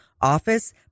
office